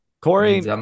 Corey